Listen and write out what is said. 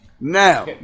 Now